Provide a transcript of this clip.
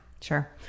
Sure